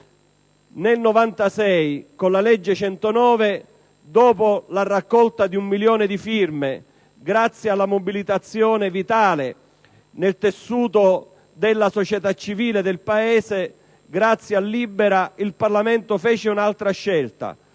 Nel 1996, con la legge n. 109, a seguito della raccolta di un milione di firme, grazie alla mobilitazione vitale del tessuto della società civile del Paese e grazie a "Libera", il Parlamento compì un'altra scelta: